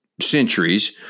Centuries